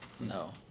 No